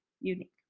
Unique